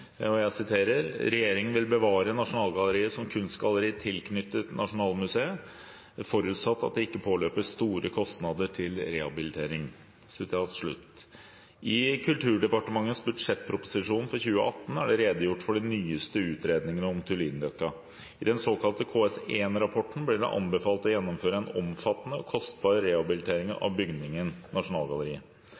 regjeringen vil bevare «Nasjonalgalleriet som kunstgalleri tilknyttet Nasjonalmuseet, forutsatt at det ikke påløper store kostnader til rehabilitering.» I Kulturdepartementets budsjettproposisjon for 2018 er det redegjort for de nyeste utredningene om Tullinløkka. I den såkalte KS1-rapporten blir det anbefalt å gjennomføre en omfattende og kostbar rehabilitering av bygningen Nasjonalgalleriet.